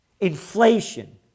Inflation